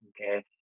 okay